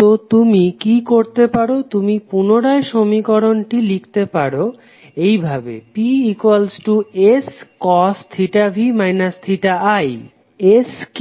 তো তুমি কি করতে পারো তুমি পুনরায় সমীকরণটি লিখতে পারো এইভাবে P Sv i S কি